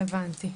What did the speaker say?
הבנתי.